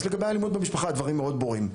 אז לגבי אלימות במשפחה, הדברים מאוד ברורים.